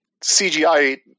CGI